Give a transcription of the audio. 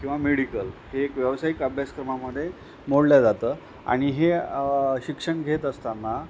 किंवा मेडिकल हे एक व्यावसायिक अभ्यासक्रमामध्ये मोडल्या जातं आणि हे शिक्षण घेत असताना